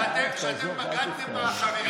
שאתם בגדתם בחברים שלכם.